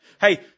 Hey